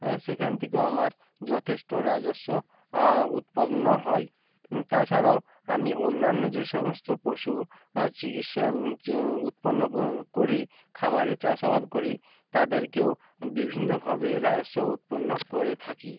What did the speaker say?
হ্যাঁ সেখান থেকেও আমার যথেষ্ট রাজস্ব উৎপন্ন হয় তাছাড়াও আমি অন্যান্য যে সমস্ত পশু চিকিৎসা উৎপন্ন করি খামারে চাষ আবাদ করি তাদেরকেও বিভিন্নভাবে রাজস্ব উৎপন্ন করে থাকি